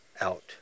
out